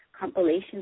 compilation